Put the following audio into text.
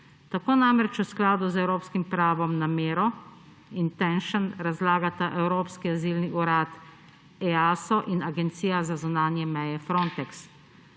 Tako namreč v skladu z evropskim pravom namero, intention, razlagata Evropski azilni urad EASO in Agencija za zunanje meje Frontex.